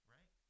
Right